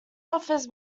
offers